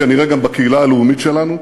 כנראה גם בקהילה הלאומית שלנו,